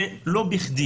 ולא בכדי,